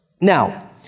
Now